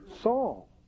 Saul